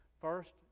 first